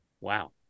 wow